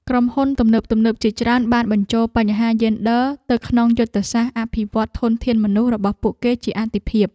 ក្រុមហ៊ុនទំនើបៗជាច្រើនបានបញ្ចូលបញ្ហាយេនឌ័រទៅក្នុងយុទ្ធសាស្ត្រអភិវឌ្ឍន៍ធនធានមនុស្សរបស់ពួកគេជាអាទិភាព។